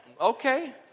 okay